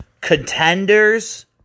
Contenders